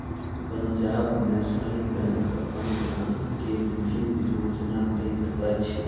Punjab National Bank अपन ग्राहक के विभिन्न योजना दैत अछि